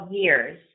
years